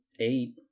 eight